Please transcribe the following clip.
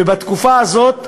ובתקופה הזאת,